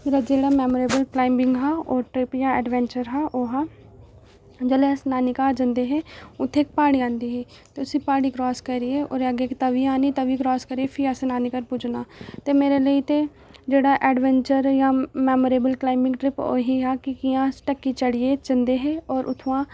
मेरा जेह्ड़ा memorable climbing हा ओह् ट्रिप जां एडवैंचर हा ओह् हा जेल्लै नानी घर जंदे हे उत्थै इक प्हाड़ी औंदी ही ते उसी प्हाड़ी क्रास करियै भी अग्गें तवी औनी तवी क्रास करियै भी असें नानी घर पुज्जना ते मेरे लेई ते जेह्ड़ा एडवैंचर जां मेमोरोबल क्लाइंबिंग ट्रिप ओह् ही की कि'यां अस ढक्की चढ़ियै जंदे हे और उत्थुआं